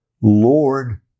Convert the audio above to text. Lord